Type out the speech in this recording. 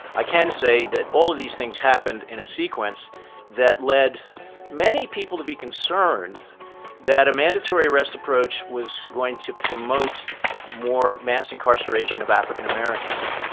i can say that all of these things happened in a sequence that led many people to be concerned that a mandatory arrest approach was going to promote more mass incarceration of african-americans